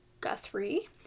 Guthrie